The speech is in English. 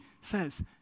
says